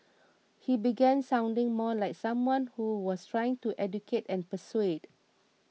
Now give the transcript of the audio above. he began sounding more like someone who was trying to educate and persuade